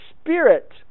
Spirit